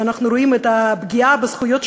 ואנחנו רואים את הפגיעה בזכויות שלהם.